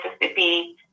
Mississippi